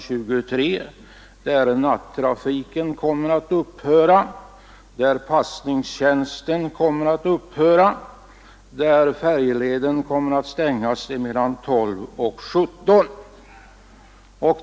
23, där nattrafiken kommer att upphöra, där passningstjänsten kommer att upphöra och där färjeleden kommer att stängas mellan kl. 12 och 17.